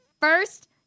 first